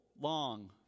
long